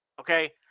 Okay